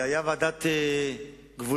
היתה ועדת גבולות